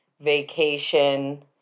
vacation